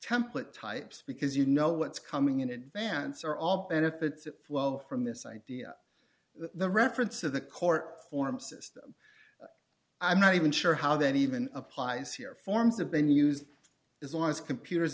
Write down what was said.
template types because you know what's coming in advance or all benefits well from this idea the reference to the court forms system i'm not even sure how that even applies here forms have been used as long as computers